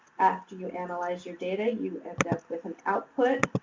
after you analyze your data you end up with an output